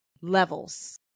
levels